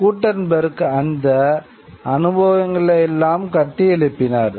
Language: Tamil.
குட்டன்பெர்க் அந்த அனுபவங்களையெல்லாம் கட்டியெழுப்பினார்